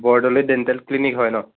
Bordoloi dental clinic হয় ন